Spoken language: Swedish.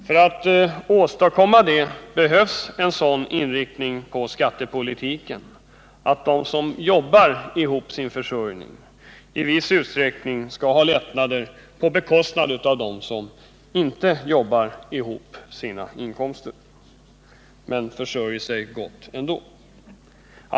För att åstadkomma det behövs en sådan inriktning på politiken att de som jobbar ihop sin försörjning i viss utsträckning skall ha lättnader på bekostnad av dem som inte jobbar ihop sina inkomster men försörjer sig gott ändå.